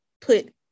put